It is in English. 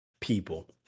people